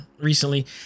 recently